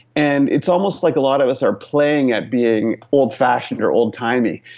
and it's almost like a lot of us are playing at being old-fashioned or old-timey.